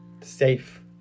safe